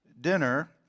dinner